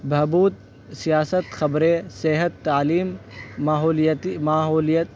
بہبود سیاست خبریں صحت تعلیم ماحولیتی ماحولیت